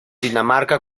dinamarca